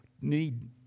need